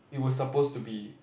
it was supposed to be